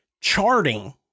charting